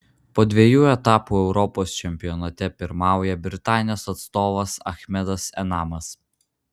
po dviejų etapų europos čempionate pirmauja britanijos atstovas achmedas enamas